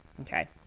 Okay